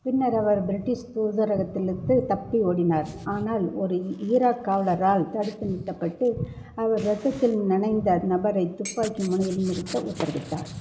பின்னர் அவர் பிரிட்டிஷ் தூதரகத்திலுத்து தப்பி ஓடினார் ஆனால் ஒரு ஈராக் காவலரால் தடுத்து நிறுத்தப்பட்டு அவர் ரத்தத்தில் நனைந்த நபரை துப்பாக்கி முனையில் நிறுத்த உத்தரவிட்டார்